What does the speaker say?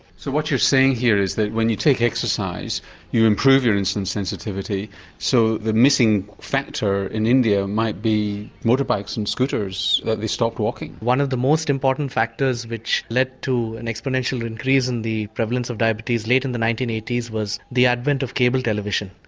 so what you're saying here is when you take exercise you improve your insulin sensitivity so the missing factor in india might be motor bikes and scooters, that they stopped walking. one of the most important factors which led to an exponential increase in the prevalence of diabetes late in the nineteen eighty s was the advent of cable television.